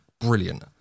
brilliant